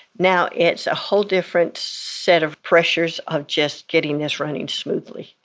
now it's a whole different set of pressures of just getting this running smoothly,